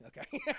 Okay